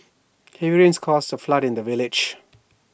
heavy rains caused A flood in the village